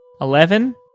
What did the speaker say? eleven